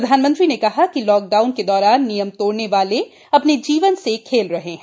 प्रधानमंत्री ने कहा कि लॉकडाउन के दौरान नियम तोड़ने वाले अपने जीवन से खेल रहे हैं